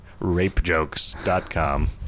Rapejokes.com